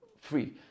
free